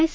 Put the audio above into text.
S